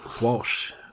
Walsh